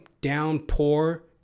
downpour